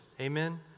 Amen